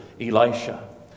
Elisha